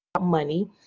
money